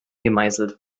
gemeißelt